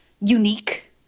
unique